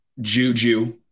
Juju